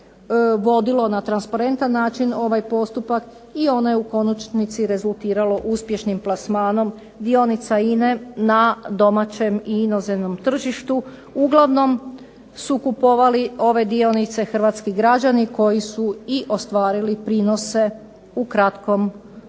vodilo na transparentan način ovaj postupak i ono je u konačnici rezultiralo uspješnim plasmanom dionica INA-e na domaćem i inozemnom tržištu. Uglavnom su kupovali ove dionice hrvatski građani koji su i ostvarili prinose u kratkom roku